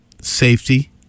safety